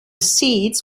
seeds